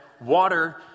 Water